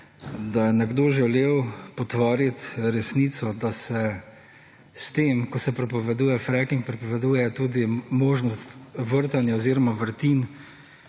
da je nekdo želel potvoriti resnico, da se s tem, ko se prepoveduje francking, prepoveduje tudi možnost vrtanja oziroma vrtin